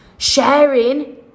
Sharing